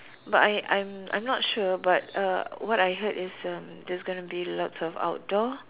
but I I'm I'm not sure but uh what I heard is uh there's going to be lots of outdoor